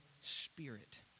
Spirit